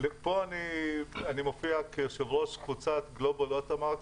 פה אני מופיע כיושב-ראש קבוצת גלובל אוטו מקס,